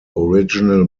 original